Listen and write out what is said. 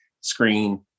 screen